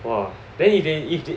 !wah! then if they if the~